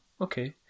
Okay